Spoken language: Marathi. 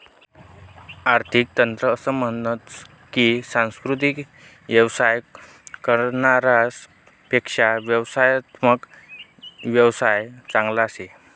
आरर्थिक तज्ञ असं म्हनतस की सांस्कृतिक येवसाय करनारास पेक्शा व्यवस्थात्मक येवसाय चांगला शे